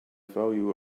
value